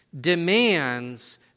demands